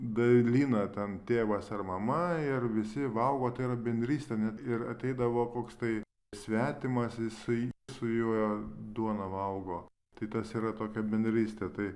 dalina ten tėvas ar mama ir visi valgo tai yra bendrystė net ir ateidavo koks tai svetimas jisai su juo duoną valgo tai tas yra tokia bendrystė tai